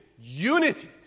unity